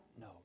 No